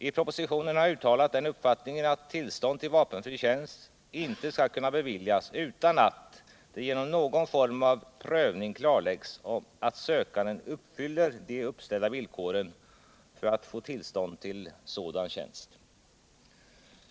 I propositionen har jag uttalat den uppfattningen att tillstånd till vapenfri tjänst inte skall kunna beviljas utan att det genom någon form av prövning klarläggs att sökanden uppfyller de uppställda villkoren för att få tillstånd till sådan tjänst.